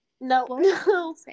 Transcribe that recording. No